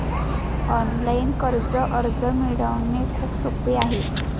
online कर्ज अर्ज मिळवणे खूप सोपे आहे